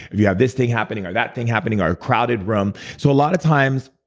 if you have this thing happening or that thing happening or a crowded room. so a lot of times,